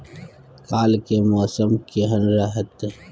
काल के मौसम केहन रहत?